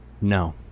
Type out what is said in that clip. No